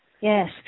Yes